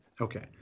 Okay